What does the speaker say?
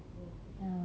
oh